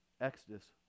Exodus